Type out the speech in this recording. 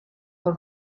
her